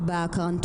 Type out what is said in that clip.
המשאית